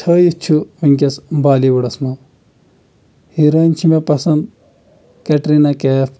تھٲیِتھ چھُ ونکٮٚس بالی وُڈس منٛز ہیٖرٲن چھِ مےٚ پَسنٛد کیٹریٖنا کیف